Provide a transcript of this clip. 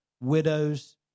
widows